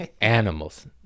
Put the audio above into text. Animals